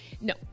no